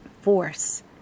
force